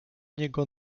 niego